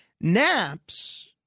naps